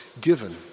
given